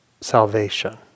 salvation